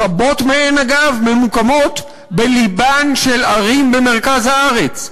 רבות מהן, אגב, ממוקמות בלבן של ערים במרכז הארץ,